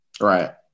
Right